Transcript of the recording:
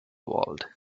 world